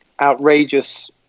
outrageous